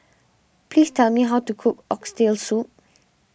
please tell me how to cook Oxtail Soup